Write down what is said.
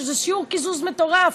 שזה שיעור קיזוז מטורף,